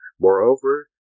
Moreover